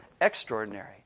extraordinary